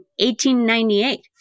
1898